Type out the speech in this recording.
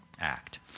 act